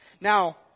Now